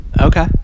Okay